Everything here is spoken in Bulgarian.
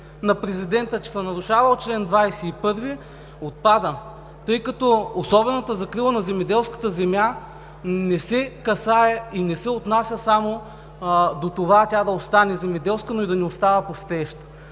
на президента – че се е нарушавал чл. 21, отпада, тъй като особената закрила на земеделската земя не се касае и не се отнася само до това тя да остане земеделска, но и да не остава пустееща.